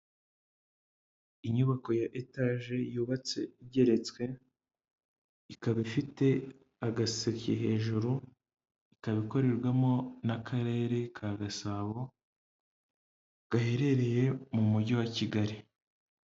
Inyubako ya etaje, yubatse igeretse, ikaba ifite agaseke hejuru, ikaba ikorerwamo n'akarere ka Gasabo, gaherereye mu mujyi wa Kigali.